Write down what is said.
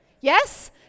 Yes